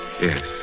Yes